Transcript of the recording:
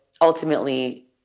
ultimately